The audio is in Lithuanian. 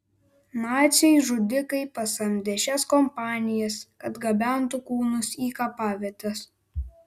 naciai žudikai pasamdė šias kompanijas kad gabentų kūnus į kapavietes